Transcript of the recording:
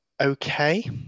okay